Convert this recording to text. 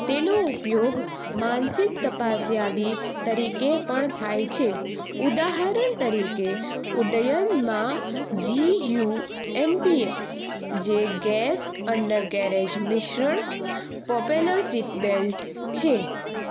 તેનો ઉપયોગ માનસિક તપાસ યાદી તરીકે પણ થાય છે ઉદાહરણ તરીકે ઉડ્ડયનમાં જીયુ એમપીએસ જે ગેસ અંડરકેરેજ મિશ્રણ પ્રોપેનર સીટબેલ્ટ છે